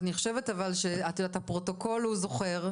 אז אני חושבת אבל שהפרוטוקול הוא זוכר,